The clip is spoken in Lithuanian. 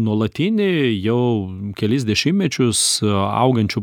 nuolatinį jau kelis dešimtmečius augančių